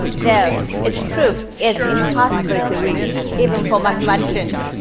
though its proof is impossible to read, even for mathematicians.